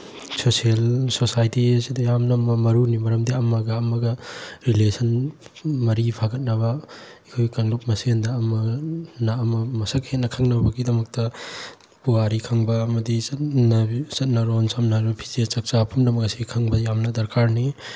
social society ꯑꯁꯤꯗ ꯌꯥꯝꯅ ꯃꯔꯨꯅꯤ ꯃꯔꯝꯗꯤ ꯑꯃꯒ ꯑꯃꯒ ꯔꯤꯂꯦꯁꯟ ꯃꯔꯤ ꯐꯒꯠꯅꯕ ꯑꯩꯈꯣꯏ ꯀꯥꯡꯂꯨꯞ ꯃꯁꯦꯟꯗ ꯑꯃꯅ ꯑꯃ ꯃꯁꯛ ꯍꯦꯟꯅ ꯈꯪꯅꯕꯒꯤꯗꯃꯛꯇ ꯄꯨꯋꯥꯔꯤ ꯈꯪꯕ ꯑꯃꯗꯤ ꯆꯠꯅꯔꯣꯜ ꯁꯝꯅ ꯍꯥꯏꯔꯕꯗ ꯐꯤꯖꯦꯠ ꯆꯥꯡꯆꯥ ꯄꯨꯝꯅꯃꯛ ꯑꯁꯤ ꯈꯪꯕ ꯌꯥꯝꯅ ꯗꯔꯀꯥꯔꯅꯤ